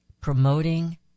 Promoting